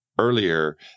earlier